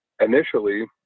initially